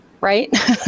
Right